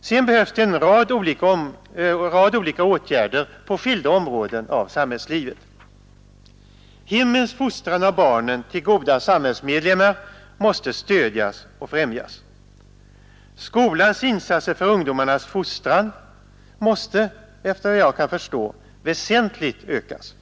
Sedan behövs det en rad olika åtgärder på skilda områden av samhällslivet. Hemmens fostran av barnen till goda samhällsmedlemmar måste stödjas och främjas. Skolans insatser för ungdomarnas fostran måste, efter vad jag kan förstå, väsentligt ökas.